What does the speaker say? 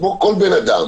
כמו אדם